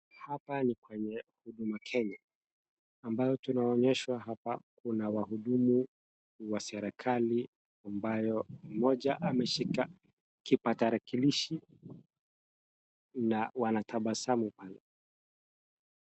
Hapa ni kwenye Huduma Kenya ambayo tunaonyeshwa hapa kuna wahudumu wa serikali ambayo mmoja ameshika kipakatalishi na wanatabasamu pale.